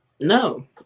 No